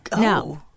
No